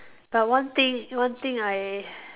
but one thing one thing I